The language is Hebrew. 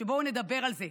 ובואו נדבר על זה,